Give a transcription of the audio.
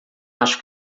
acho